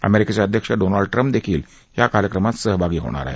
अमेरिकेचे अध्यक्ष Donald Trump देखील या कार्यक्रमात सहभागी होणार आहेत